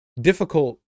difficult